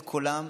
להיות קולם,